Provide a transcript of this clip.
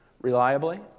reliably